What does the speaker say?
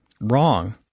wrong